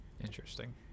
Interesting